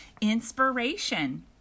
inspiration